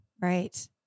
Right